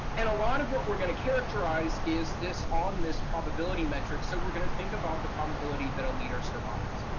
and a lot of what we're going to characterize is this on this probability metric, so we're going to think about the probability that a leader survives.